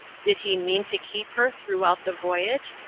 did he mean to keep her throughout the voyage,